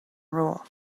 rule